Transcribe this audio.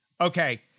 Okay